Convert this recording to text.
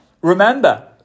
Remember